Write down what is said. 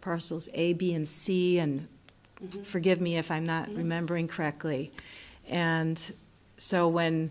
persons a b and c and forgive me if i'm not remembering correctly and so when